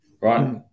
right